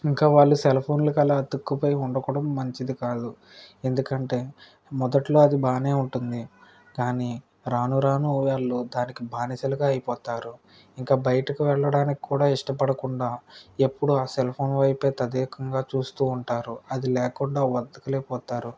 ఇంకా వాళ్ళు సెల్ఫోన్లకు అలా అతక్కుపోయి ఉండడం మంచిది కాదు ఎందుకంటే మొదట్లో అది బాగానే ఉంటుంది కానీ రాను రాను వాళ్ళు దానికి బానిసలుగా అయిపోతారు ఇంకా బయటికి వెళ్ళడానికి కూడా ఇష్టపడకుండా ఎప్పుడు ఆ సెల్ ఫోన్ వైపే తదేకంగా చూస్తూ ఉంటారు అది లేకుండా బతకలేక పోతారు